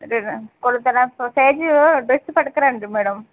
సరే రండి కొలతలా సైజు డ్రెస్ పట్టుకురండి మేడం